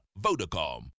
Vodacom